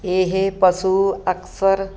ਇਹ ਪਸ਼ੂ ਅਕਸਰ